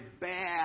bad